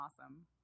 awesome